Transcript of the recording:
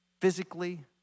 physically